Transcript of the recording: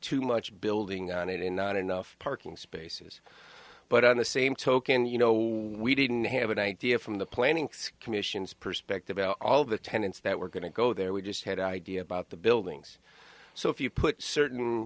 too much building on it in not enough parking spaces but on the same token you know we didn't have an idea from the planning scheme missions perspective all the tenants that were going to go there we just had an idea about the buildings so if you put certain